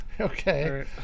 Okay